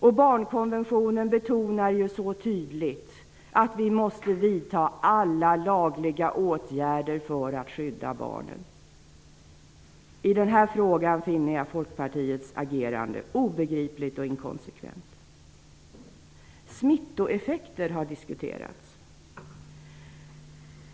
I barnkonventionen betonas så tydligt att vi måste vidta alla lagliga åtgärder för att skydda barnen. I denna fråga finner jag Folkpartiets agerande obegripligt och inkonsekvent. Smittoeffekter har diskuterats.